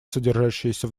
содержащиеся